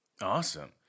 Awesome